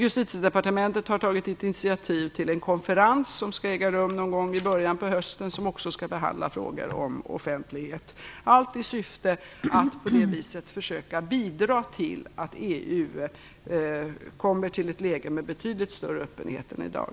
Justitiedepartementet har tagit ett initiativ till en konferens som skall äga rum någon gång i början på hösten och som också skall behandla frågor om offentlighet, allt i syfte att försöka bidra till att EU kommer till ett läge med en betydligt större öppenhet än i dag.